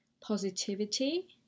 positivity